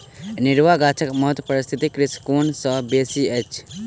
अनेरुआ गाछक महत्व पारिस्थितिक दृष्टिकोण सँ बड़ बेसी अछि